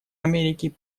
америки